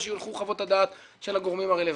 יונחו חוות הדעת של הגורמים הרלוונטיים.